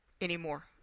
anymore